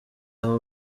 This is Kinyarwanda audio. aho